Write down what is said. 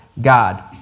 God